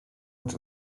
its